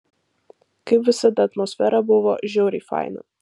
kaip visada atmosfera buvo žiauriai faina